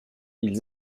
ils